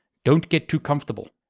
don't get too comfortable.